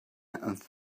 and